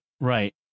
right